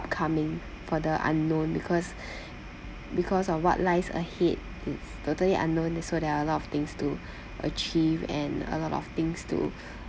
upcoming for the unknown because because of what lies ahead it's totally unknown so there are a lot of things to achieve and a lot of things to